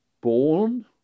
born